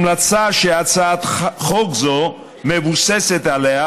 המלצה שהצעת חוק זו מבוססת עליה,